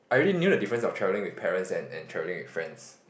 I already knew the difference of travelling with parents and and travelling with friends